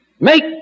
Make